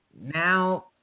now